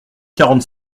quarante